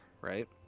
right